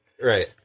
Right